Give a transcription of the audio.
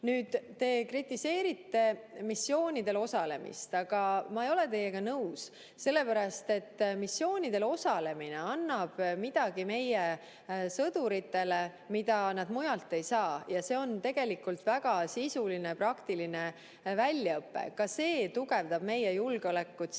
te kritiseerite missioonidel osalemist. Ma ei ole teiega nõus, sellepärast et missioonidel osalemine annab meie sõduritele midagi, mida nad mujalt ei saa, ja see on tegelikult väga sisuline praktiline väljaõpe. Ka see tugevdab meie julgeolekut siin